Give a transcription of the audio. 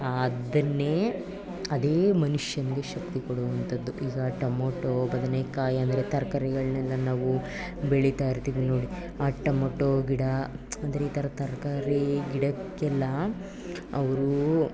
ಅದನ್ನೇ ಅದೇ ಮನುಷ್ಯನಿಗೆ ಶಕ್ತಿ ಕೊಡುವಂಥದ್ದು ಈಗ ಟೊಮೊಟೋ ಬದನೆಕಾಯಿ ಆಮೇಲೆ ತರ್ಕಾರಿಗಳನ್ನೆಲ್ಲ ನಾವು ಬೆಳಿತಾಯಿರ್ತೀವಿ ನೋಡಿ ಆ ಟೊಮೊಟೋ ಗಿಡ ಅಂದರೆ ಈ ಥರ ತರಕಾರಿ ಗಿಡಕ್ಕೆಲ್ಲ ಅವರು